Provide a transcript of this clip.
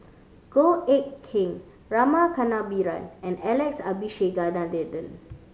Goh Eck Kheng Rama Kannabiran and Alex Abisheganaden